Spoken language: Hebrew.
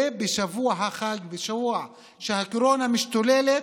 ובשבוע החג, בשבוע שהקורונה משתוללת,